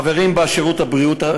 חברים בה שרת הבריאות,